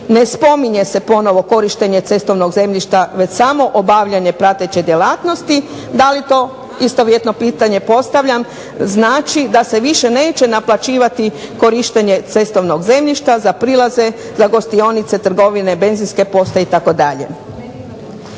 ne spominje se ponovo korištenje cestovnog zemljišta već samo obavljanje prateće djelatnosti, da li to istovjetno pitanje postavljam znači da se više neće naplaćivati korištenje cestovnog zemljišta za prilaze, za gostionice, trgovine, benzinske postaje itd.